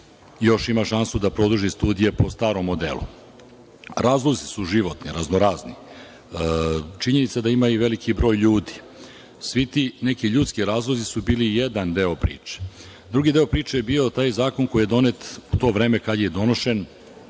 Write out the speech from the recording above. još ima šansu da produži studije po starom modelu. Razlozi su životni, raznorazni. Činjenica je da ima i veliki broj ljudi. Svi ti neki ljudski razlozi su bili jedan deo priče. Drugi deo priče bio je taj zakon koji je donet u to vreme kada je donošen,